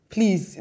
Please